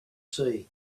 sea